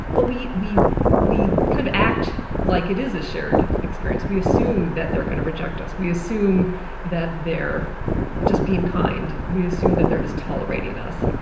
but we we kind of act like it is a shared experience. we assume that they're going to reject us, we assume that they're just being kind, we assume that they're just tolerating us.